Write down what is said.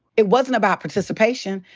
it wasn't about participation.